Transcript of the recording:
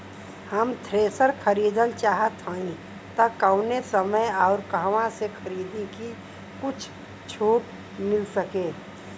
हम थ्रेसर खरीदल चाहत हइं त कवने समय अउर कहवा से खरीदी की कुछ छूट मिल सके?